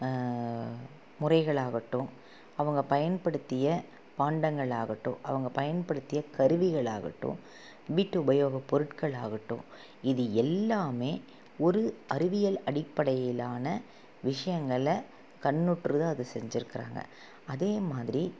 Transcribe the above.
முறைகளாகட்டும் அவங்க பயன்படுத்திய பாண்டங்களாகட்டும் அவங்க பயன்படுத்திய கருவிகளாகட்டும் வீட்டு உபயோக பொருட்களாகட்டும் இது எல்லாமே ஒரு அறிவியல் அடிப்படையிலான விஷயங்கள கண்ணுற்று தான் அதை செஞ்சுருக்கறாங்க அதே மாதிரி